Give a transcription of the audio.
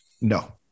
No